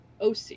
OC